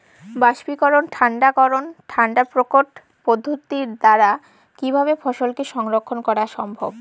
বাষ্পীকরন ঠান্ডা করণ ঠান্ডা প্রকোষ্ঠ পদ্ধতির দ্বারা কিভাবে ফসলকে সংরক্ষণ করা সম্ভব?